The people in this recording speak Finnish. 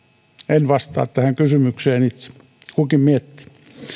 en vastaa tähän kysymykseen itse kukin miettii